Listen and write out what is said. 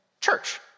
church